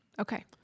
Okay